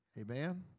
Amen